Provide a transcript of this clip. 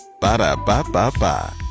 Ba-da-ba-ba-ba